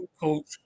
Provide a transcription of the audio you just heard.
coach